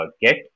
get